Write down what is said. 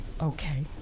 Okay